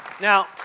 Now